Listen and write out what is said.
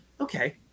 Okay